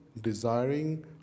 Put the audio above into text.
desiring